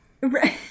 Right